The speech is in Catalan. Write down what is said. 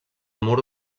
mur